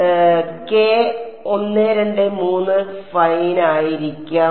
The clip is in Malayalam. അതിനാൽ k 1 2 3 ഫൈനായിരിക്കാം